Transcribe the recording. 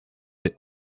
des